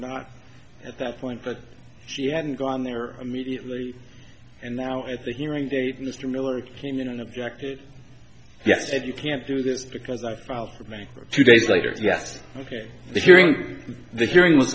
not at that point but she hadn't gone there immediately and now at the hearing date mr miller came in and objected yes if you can't do this because i filed for bankruptcy two days later yes ok the hearing the hearing was